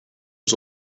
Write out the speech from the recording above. was